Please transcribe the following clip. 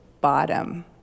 bottom